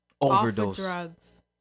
overdose